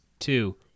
Two